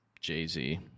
Jay-Z